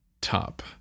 top